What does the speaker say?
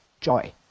joy